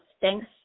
thanks